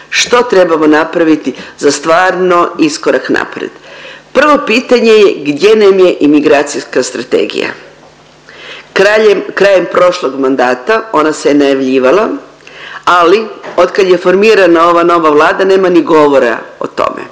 što trebamo napraviti za stvarno iskorak naprijed. Prvo, pitanje je gdje nam je imigracijska strategija? Krajem, krajem prošlog mandata ona se najavljivala, ali od kad je formirana ova nova Vlada nema ni govora o tome.